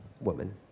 woman